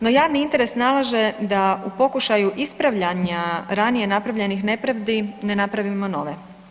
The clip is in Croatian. No javni interes nalaže da u pokušaju ispravljanja ranije napravljenih nepravdi ne napravimo nove.